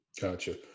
Gotcha